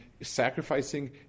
sacrificing